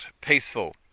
peaceful